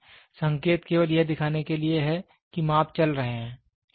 इसलिए संकेत केवल यह दिखाने के लिए है कि माप चल रहे हैं